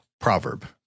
proverb